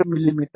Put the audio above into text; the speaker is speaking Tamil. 8 மி